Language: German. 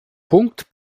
punkt